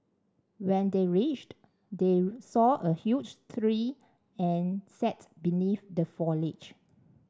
when they reached they saw a huge tree and sat beneath the foliage